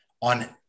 on